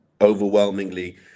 overwhelmingly